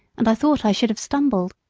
and i thought i should have stumbled.